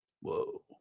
Whoa